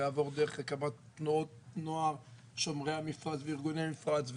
ועבור דרך הקמת תנועות נוער שומרי המפרץ וארגוני המפרץ,